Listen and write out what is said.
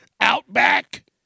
Outback